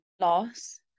loss